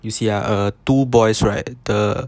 you see ah uh two boys right the